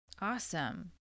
Awesome